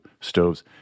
stoves